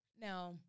Now